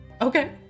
Okay